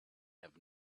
have